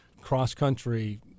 cross-country